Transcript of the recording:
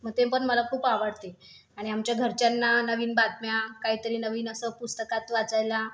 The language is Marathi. मग ते पण मला खूप आवडते आणि आमच्या घरच्यांना नवीन बातम्या काहीतरी नवीन असं पुस्तकात वाचायला